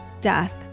death